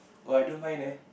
oh I don't mind leh